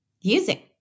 using